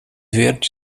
verdes